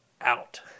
out